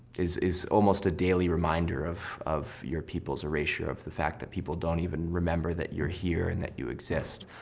is is almost a daily reminder of of your people's erasure. of the fact that people don't even remember that you're here and that you exist.